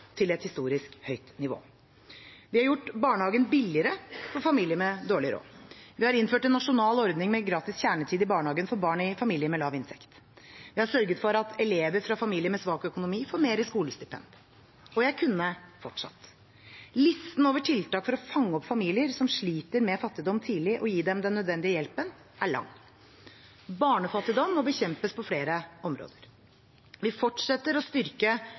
til et historisk høyt nivå. Vi har gjort barnehagen billigere for familier med dårlig råd. Vi har innført en nasjonal ordning med gratis kjernetid i barnehagen for barn i familier med lav inntekt. Vi har sørget for at elever fra familier med svak økonomi får mer i skolestipend. Og jeg kunne fortsatt. Listen over tiltak for å fange opp familier som sliter med fattigdom, tidlig, og gi dem den nødvendige hjelpen, er lang. Barnefattigdom må bekjempes på flere områder. Vi fortsetter å styrke